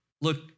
look